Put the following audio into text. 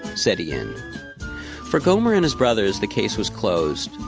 said ian for gomer and his brothers the case was closed,